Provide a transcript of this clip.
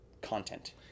content